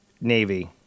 Navy